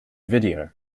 video